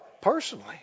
personally